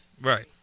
Right